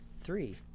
three